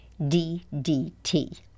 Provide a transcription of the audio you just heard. DDT